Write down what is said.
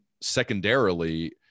secondarily